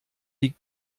die